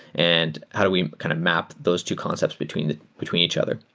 and how do we kind of map those two concepts between between each other?